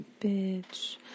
Bitch